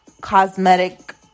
cosmetic